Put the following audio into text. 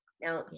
Now